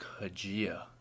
Kajia